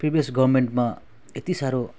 previous गभर्मेन्टमा यति साह्रो